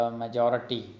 majority